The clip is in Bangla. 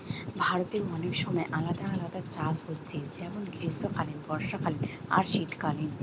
ভারতে অনেক সময় আলাদা আলাদা চাষ হচ্ছে যেমন গ্রীষ্মকালীন, বর্ষাকালীন আর শীতকালীন